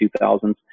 2000s